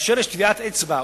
כאשר יש טביעת אצבע,